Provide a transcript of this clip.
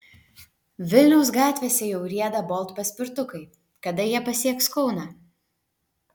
vilniaus gatvėse jau rieda bolt paspirtukai kada jie pasieks kauną